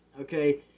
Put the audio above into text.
Okay